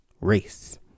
race